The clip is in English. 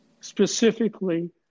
Specifically